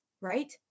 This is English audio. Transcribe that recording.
right